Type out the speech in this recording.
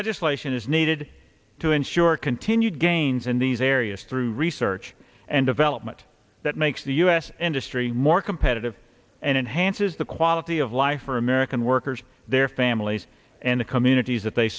legislation is needed to ensure continued gains in these areas through research and development that makes the u s industry more competitive and enhances the quality of life for american workers their families and communities that they